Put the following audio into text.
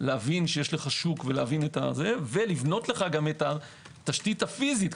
להבין שיש לך שוק ולבנות לך גם את התשתית הפיזית,